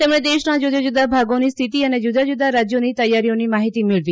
તેમણે દેશના જુદા જુદા ભાગોની સ્થિતિ અને જુદા જુદા રાજ્યોની તૈયારીઓની માહિતી મેળવી